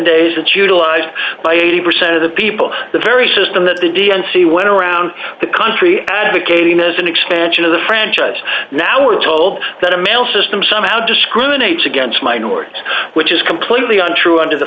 days that utilized by eighty percent of the people the very system that the d n c went around the country advocating as an expansion of the franchise now we're told that a mail system somehow discriminates against minorities which is completely untrue under the